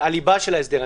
הליבה של ההסדר.